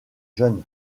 jeunes